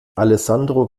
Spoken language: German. alessandro